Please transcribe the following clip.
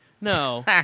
No